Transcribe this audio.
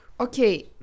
Okay